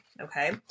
okay